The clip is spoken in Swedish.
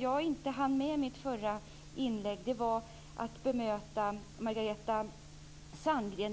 Jag hann inte bemöta Margareta Sandgren i mitt förra inlägg i frågan